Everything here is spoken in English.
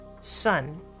Sun